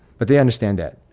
but they understand that.